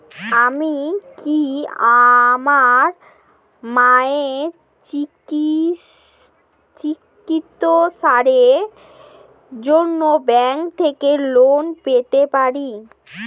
আমি কি আমার মায়ের চিকিত্সায়ের জন্য ব্যঙ্ক থেকে লোন পেতে পারি?